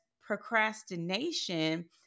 procrastination